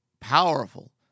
powerful